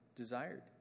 desired